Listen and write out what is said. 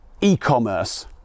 e-commerce